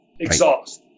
exhaust